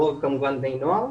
כאשר הרוב כמובן בני נוער.